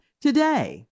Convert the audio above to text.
today